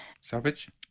Savage